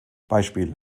beispiel